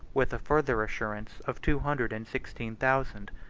with a further assurance of two hundred and sixteen thousand,